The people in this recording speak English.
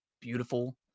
beautiful